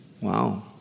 Wow